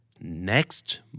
next